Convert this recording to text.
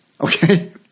okay